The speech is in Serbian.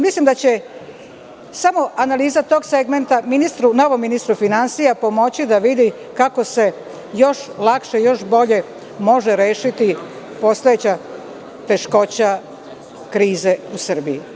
Mislim da će samo analiza tog segmenta novom ministru finansija pomoći da vidi kako se još lakše i još bolje može rešiti postojeća teškoća krize u Srbiji.